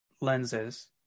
lenses